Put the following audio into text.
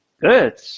good